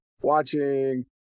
watching